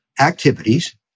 activities